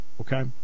okay